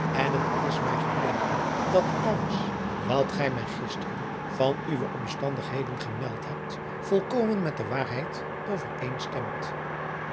en het is mij gebleken dat alles wat gij mij gisteren van uwe omstandigheden gemeld hebt volkomen met de waarheid overeenstemt